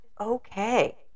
okay